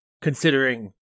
considering